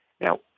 Now